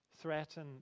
threaten